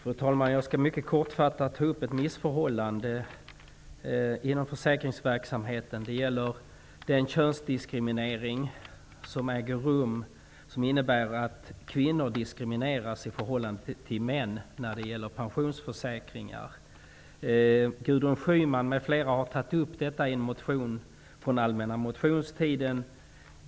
Fru talman! Jag skall mycket kortfattat ta upp ett missförhållande inom försäkringsverksamheten. Det gäller den könsdiskriminering som innebär att kvinnor diskrimineras i förhållande till män när det gäller pensionsförsäkringar. Gudrun Schyman m.fl. har tagit upp detta i en motion från allmänna motionstiden.